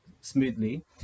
smoothly